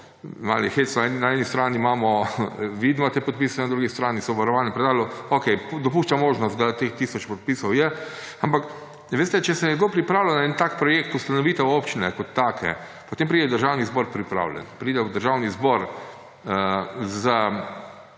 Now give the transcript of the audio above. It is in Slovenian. Na eni strani vi imate podpise, na drugi strani so v varovanem predalu, okej, dopuščam možnost, da teh tisoč podpisov je, ampak če se je kdo pripravljal na en tak projekt – ustanovitev občine kot take, potem pride v Državni zbor pripravljen, pride v Državni zbor z